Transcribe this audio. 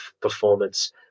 performance